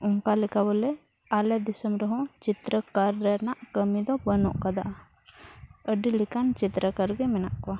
ᱚᱱᱠᱟ ᱞᱮᱠᱟ ᱵᱚᱞᱮ ᱟᱞᱮ ᱫᱤᱥᱚᱢ ᱨᱮ ᱦᱚᱸ ᱪᱤᱛᱛᱨᱚᱠᱟᱨ ᱨᱮᱱᱟᱜ ᱠᱟᱹᱢᱤ ᱫᱚ ᱵᱟᱹᱱᱩᱜ ᱠᱟᱫᱟ ᱟᱹᱰᱤ ᱞᱮᱠᱟᱱ ᱪᱤᱛᱛᱨᱚᱠᱟᱨ ᱜᱮ ᱢᱮᱱᱟᱜ ᱠᱚᱣᱟ